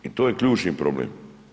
I to je ključni problem.